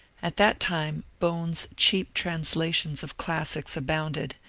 at that time bohn's cheap translations of classics abounded,